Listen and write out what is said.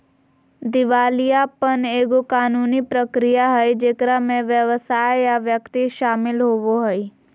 दिवालियापन एगो कानूनी प्रक्रिया हइ जेकरा में व्यवसाय या व्यक्ति शामिल होवो हइ